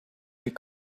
olid